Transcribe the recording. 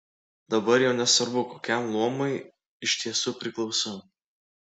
dabar jau nesvarbu kokiam luomui iš tiesų priklausau